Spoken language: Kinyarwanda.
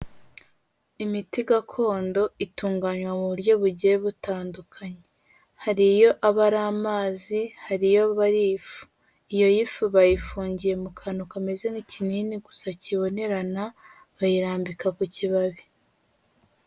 Imiti gakondo itunganywa mu buryo bugiye butandukanye, hari iyo aba ari amazi, hari iyo aba ari ifu, iyo y'ifu bayifungiye mu kantu kameze nk'kinini gusa kibonerana, bayirambika ku kibabi.